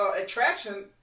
attraction